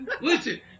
Listen